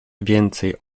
więcej